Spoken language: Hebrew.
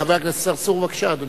חבר הכנסת צרצור, בבקשה, אדוני.